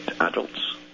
adults